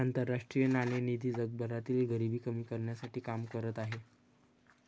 आंतरराष्ट्रीय नाणेनिधी जगभरातील गरिबी कमी करण्यासाठी काम करत आहे